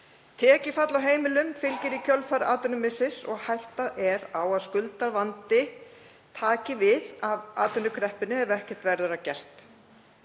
Tekjufall á heimilum fylgir í kjölfar atvinnumissis og hætta er á að skuldavandi taki við af atvinnukreppu ef ekkert verður að gert.